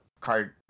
card